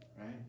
right